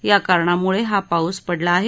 या कारणामुळं हा पाऊस पडला आहे